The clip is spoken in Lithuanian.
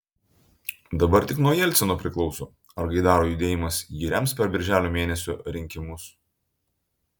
dabar tik nuo jelcino priklauso ar gaidaro judėjimas jį rems per birželio mėnesio rinkimus